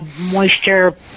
moisture